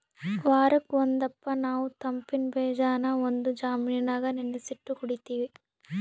ವಾರುಕ್ ಒಂದಪ್ಪ ನಾವು ತಂಪಿನ್ ಬೀಜಾನ ಒಂದು ಜಾಮಿನಾಗ ನೆನಿಸಿಟ್ಟು ಕುಡೀತೀವಿ